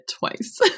twice